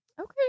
Okay